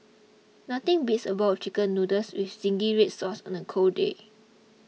nothing beats a bowl of Chicken Noodles with Zingy Red Sauce on a cold day